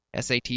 SAT